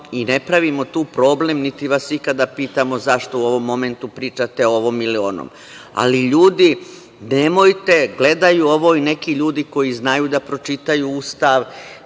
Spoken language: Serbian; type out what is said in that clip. i ne pravimo tu problem niti vas ikada pitamo zašto u ovom momentu pričate o ovome ili onome. Ali, ljudi nemojte, gledaju ovo i neki ljudi koji znaju da pročitaju Ustavu,